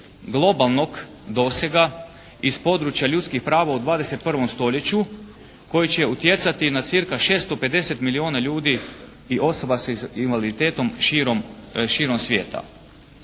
globalnog dosega iz područja ljudskih prava u 21. stoljeću koji će utjecati na cca. 650 milijuna ljudi i osoba s invaliditetom širom svijeta.